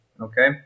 Okay